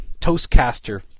Toastcaster